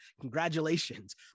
Congratulations